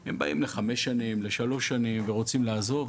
הם באים לחמש שנים, לשלוש שנים, ורוצים לעזוב.